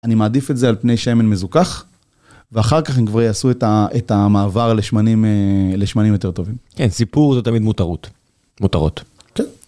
אני מעדיף את זה על פני שמן מזוכח, ואחר כך הם כבר יעשו את המעבר לשמנים יותר טובים. כן, סיפור זה תמיד מותרות. מותרות.